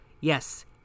Yes